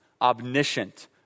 omniscient